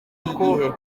igihe